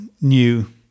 new